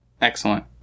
Excellent